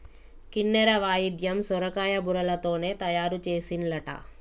కిన్నెర వాయిద్యం సొరకాయ బుర్రలతోనే తయారు చేసిన్లట